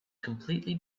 completely